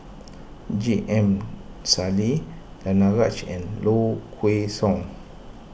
J M Sali Danaraj and Low Kway Song